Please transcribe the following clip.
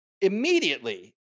immediately